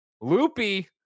loopy